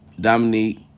Dominique